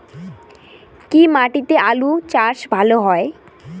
কি মাটিতে আলু চাষ ভালো হয়?